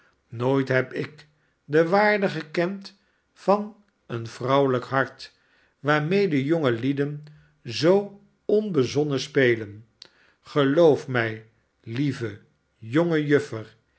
nooit heb ik de waarde gekend van een vrouwelijk hart waarmede jonge lieden zoo onbezonnen spelen geloof mij lieve jonge